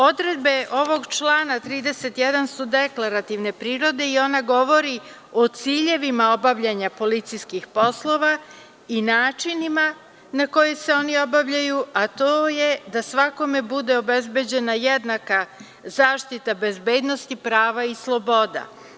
Odredbe ovog člana 31. su deklarativne prirode i one govore o ciljevima obavljanja policijskih poslova i načinima na koje se oni obavljaju, a to je da svakome bude obezbeđena jednaka zaštita bezbednosti prava i sloboda.